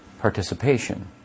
participation